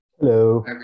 Hello